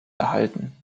erhalten